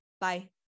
Bye